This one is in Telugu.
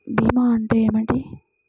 భీమా అంటే ఏమిటి?